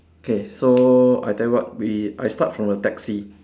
okay so I tell you what we I start from the taxi